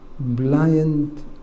blind